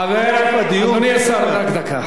חבר, הדיון, אדוני השר, רק דקה.